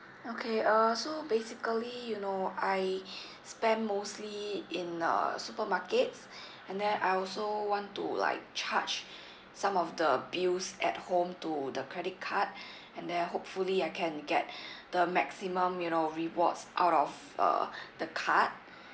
okay uh so basically you know I spend mostly in uh supermarkets and then I also want to like charge some of the bills at home to the credit card and then hopefully I can get the maximum you know rewards out of uh the card